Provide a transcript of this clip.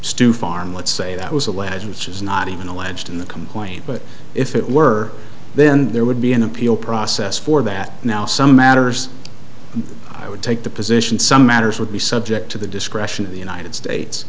stu farm let's say that was a ladder which is not even alleged in the complaint but if it were then there would be an appeal process for that now some matters i would take the position some matters would be subject to the discretion of the united states